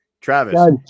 Travis